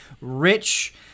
rich